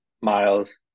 miles